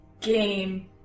game